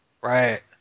Right